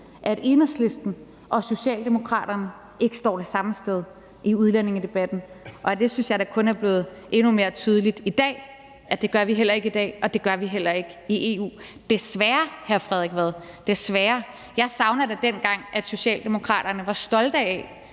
at Enhedslisten og Socialdemokraterne ikke står det samme sted i udlændingedebatten, og det synes jeg da kun er blevet endnu mere tydeligt i dag, altså at det gør vi heller ikke i dag, og at det gør vi heller ikke i EU – desværre, hr. Frederik Vad. Jeg savner da, dengang Socialdemokraterne var stolte af